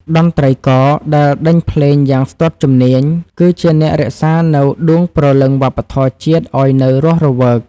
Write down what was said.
តន្ត្រីករដែលដេញភ្លេងយ៉ាងស្ទាត់ជំនាញ គឺជាអ្នករក្សានូវដួងព្រលឹងវប្បធម៌ជាតិឱ្យនៅរស់រវើក។